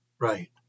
Right